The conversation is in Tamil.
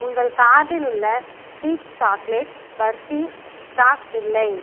உங்கள் கார்ட்டில் உள்ள சீப் சாக்லேட் பர்ஃபி ஸ்டாக் இல்லை